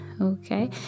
okay